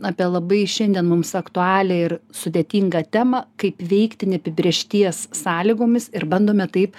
apie labai šiandien mums aktualią ir sudėtingą temą kaip veikti neapibrėžties sąlygomis ir bandome taip